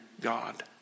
God